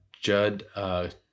Judd